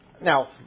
Now